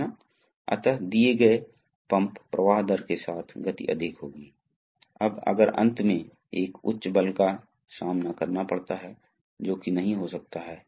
जहां यह P है यह A है और यह टैंक सील है इसलिए टैंक को सील कर दिया गया है और B को भी सील कर दिया गया है इसलिए इन्हें सील कर दिया गया है जैसा कि आप देख सकते हैं